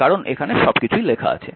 কারণ এখানে সবকিছুই লেখা আছে